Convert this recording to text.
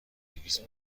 دویست